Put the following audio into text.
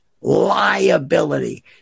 liability